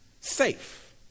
safe